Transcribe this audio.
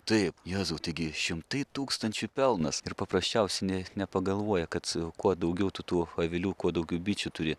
taip jezau taigi šimtai tūkstančių pelnas ir paprasčiausiai ne nepagalvoja kad kuo daugiau tu tų avilių kuo daugiau bičių turi